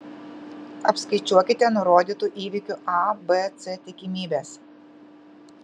apskaičiuokite nurodytų įvykių a b c tikimybes